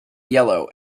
yellow